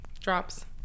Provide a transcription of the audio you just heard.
Drops